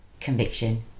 conviction